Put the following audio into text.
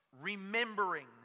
remembering